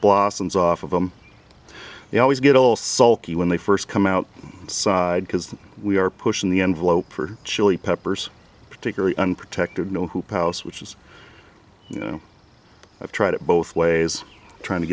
blossoms off of them they always get all sulky when they first come out side because we are pushing the envelope for chili peppers particularly unprotected know who post which is you know i've tried it both ways trying to